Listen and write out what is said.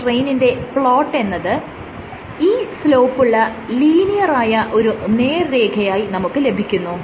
സ്ട്രെയിനിന്റെ പ്ലോട്ടെന്നത് E സ്ലോപ്പുള്ള ലീനിയറായ ഒരു നേർരേഖയായി നമുക്ക് ലഭിക്കുന്നു